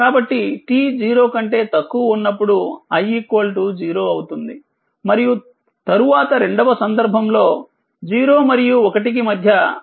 కాబట్టిt 0 కంటే తక్కువఉన్నప్పుడుi 0 అవుతుంది మరియు తరువాత రెండవ సందర్భంలో 0మరియు1 కి మధ్యv4t